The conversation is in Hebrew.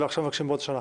ועכשיו מבקשים עוד שנה.